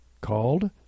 called